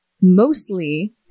mostly